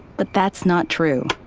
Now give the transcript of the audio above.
but that's not true.